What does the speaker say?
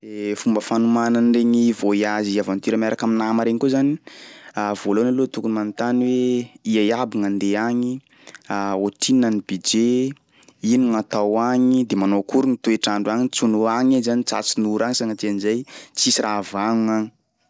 Fomba fanomana an'iregny voyage aventure miaraka am'nama regny koa zany voalohany aloha tokony manontany hoe ia iaby gn'andeha agny, ohatrinona ny budget, ino gn'atao agny de manao akory ny toetr'andro agny tsy ho no agny iha zany tratry ny ora agny sagnatria an'izay tsisy raha vagnona agny.